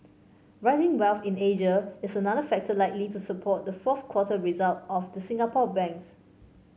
rising wealth in Asia is another factor likely to support the fourth quarter result of the Singapore banks